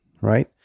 right